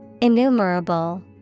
Innumerable